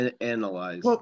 analyze